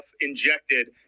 injected